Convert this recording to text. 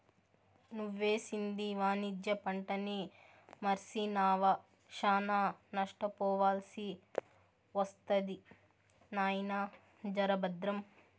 నువ్వేసింది వాణిజ్య పంటని మర్సినావా, శానా నష్టపోవాల్సి ఒస్తది నాయినా, జర బద్రం